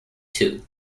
two